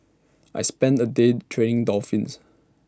I spent A day training dolphins